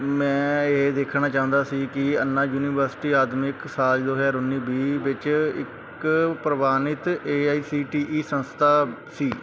ਮੈਂ ਇਹ ਦੇਖਣਾ ਚਾਹੁੰਦਾ ਸੀ ਕੀ ਅੰਨਾ ਯੂਨੀਵਰਸਿਟੀ ਅਕਾਦਮਿਕ ਸਾਲ ਦੋ ਹਜ਼ਾਰ ਉੱਨੀ ਵੀਹ ਵਿੱਚ ਇੱਕ ਪ੍ਰਵਾਨਿਤ A I C T E ਸੰਸਥਾ ਸੀ